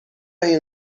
این